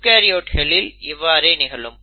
யூகரியோட்ஸ்களில் இவ்வாறே நிகழும்